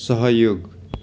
सहयोग